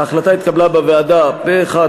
ההחלטה התקבלה בוועדה הכנסת פה אחד,